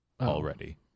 already